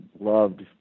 Loved